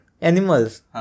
animals